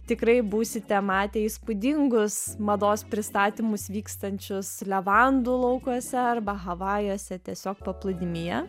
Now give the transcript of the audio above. tikrai būsite matę įspūdingus mados pristatymus vykstančius levandų laukuose arba havajuose tiesiog paplūdimyje